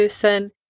person